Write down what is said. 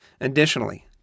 Additionally